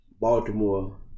Baltimore